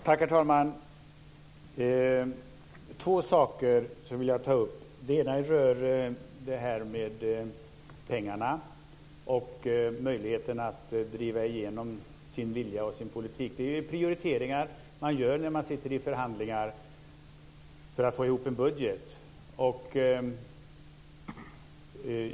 Herr talman! Jag vill ta upp två saker. Den ena rör pengarna och möjligheten att driva igenom sin vilja och politik. Det är prioriteringar som görs när man sitter i förhandlingar för att få ihop en budget.